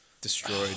destroyed